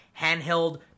handheld